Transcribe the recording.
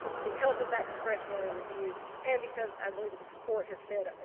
because of that discretionary review and because i believe that this court has said,